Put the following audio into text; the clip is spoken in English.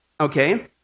okay